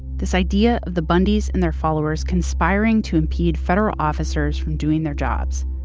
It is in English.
this idea of the bundys and their followers conspiring to impede federal officers from doing their jobs.